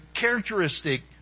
characteristic